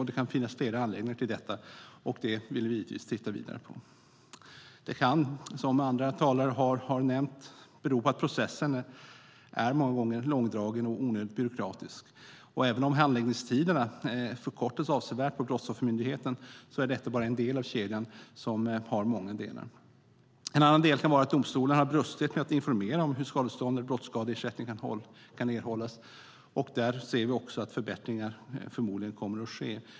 Det kan finnas flera anledningar till detta, och det vill vi givetvis titta vidare på. Det kan, som andra talare har nämnt, bero på att processen många gånger är långdragen och onödigt byråkratisk. Även om handläggningstiderna förkortas avsevärt på Brottsoffermyndigheten är detta bara en del av kedjan som har många delar. En annan del kan vara att domstolarna har brustit i att informera om hur skadestånd och brottsskadeersättning kan erhållas. Där ser vi också att förbättringar förmodligen kommer att ske.